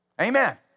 Amen